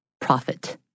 profit